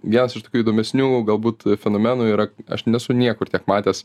vienas iš tokių įdomesnių galbūt fenomenų yra aš nesu niekur tiek matęs